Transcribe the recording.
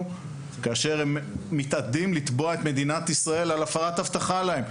כאשר הם מתעתדים לתבוע את מדינת ישראל על הפרת הבטחה להם.